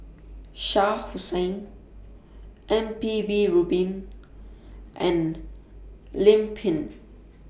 Shah Hussain M P B Rubin and Lim Pin